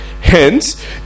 Hence